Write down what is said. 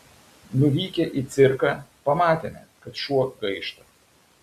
nuvykę į cirką pamatėme kad šuo gaišta